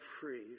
free